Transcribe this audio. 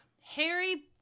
Harry